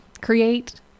create